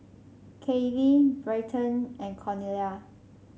Kayley Bryton and Cornelia